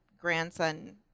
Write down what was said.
grandson